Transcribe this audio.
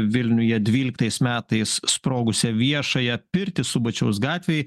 vilniuje dvyliktais metais sprogusią viešąją pirtį subačiaus gatvėj